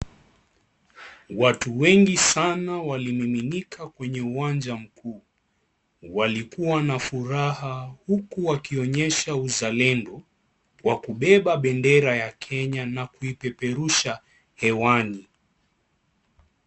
Watu wengi sana waliniminika kwenye uwanja mkuu, walikua na furaha huku wakionyesha uzalendo kwa kubeba bendera ya Kenya na kuipeperusha hewani.